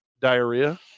diarrhea